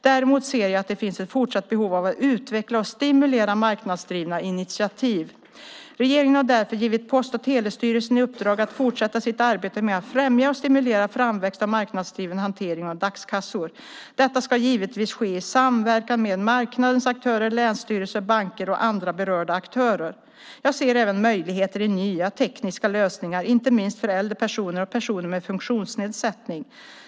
Däremot ser jag att det finns ett fortsatt behov av att utveckla och stimulera marknadsdrivna initiativ. Regeringen har därför givit Post och telestyrelsen i uppdrag att fortsätta sitt arbete med att främja och stimulera framväxt av marknadsdriven hantering av dagskassor. Detta ska givetvis ske i samverkan med marknadens aktörer, länsstyrelser, banker och andra berörda aktörer. Jag ser även möjligheter i nya tekniska lösningar, inte minst för äldre personer och personer med funktionsnedsättning.